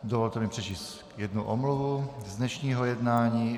Dovolte mi přečíst jednu omluvu z dnešního jednání.